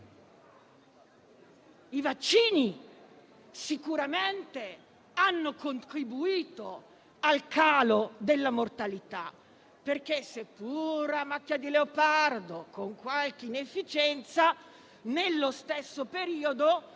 I vaccini sicuramente hanno contribuito al calo della mortalità, perché, seppur a macchia di leopardo e con qualche inefficienza, nello stesso periodo